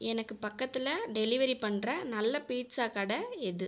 எனக்கு பக்கத்தில் டெலிவெரி பண்ணுற நல்ல பீட்சா கடை எது